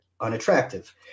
unattractive